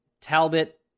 Talbot